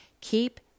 Keep